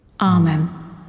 Amen